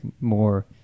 more